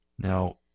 Now